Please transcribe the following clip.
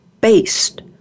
based